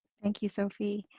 thank you, sophy.